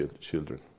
children